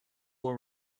will